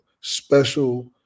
special